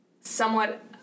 somewhat